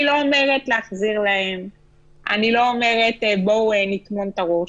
אני לא אומרת: להחזיר להם; אני לא אומרת: בואו נטמון את הראש.